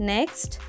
Next